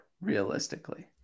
realistically